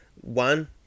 one